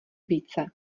více